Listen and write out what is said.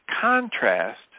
contrast